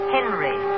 Henry